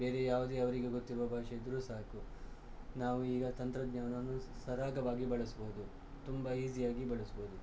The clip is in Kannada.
ಬೇರೆ ಯಾವುದೇ ಅವರಿಗೆ ಗೊತ್ತಿರುವ ಭಾಷೆ ಇದ್ದರೂ ಸಾಕು ನಾವು ಈಗ ತಂತ್ರಜ್ಞಾನವನ್ನು ಸರಾಗವಾಗಿ ಬಳಸ್ಬೌದು ತುಂಬ ಈಝಿಯಾಗಿ ಬಳಸ್ಬೌದು